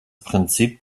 prinzip